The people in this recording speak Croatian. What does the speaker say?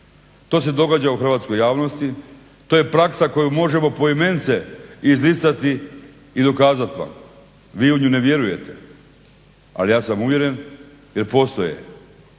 To se događa u hrvatskoj javnosti. To je praksa koju možemo poimence izlistati i dokazati vam. Vi ljudi ne vjerujete, ali ja sam uvjeren jer postoje,